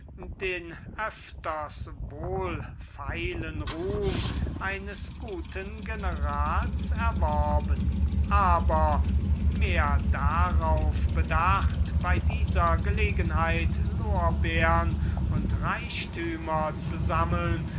den oft wohlfeilen ruhm eines guten generals erworben aber mehr darauf bedacht bei dieser gelegenheit lorbeern und reichtümer zu sammeln